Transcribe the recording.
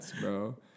bro